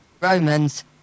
Romans